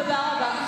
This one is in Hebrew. תודה רבה.